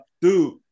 dude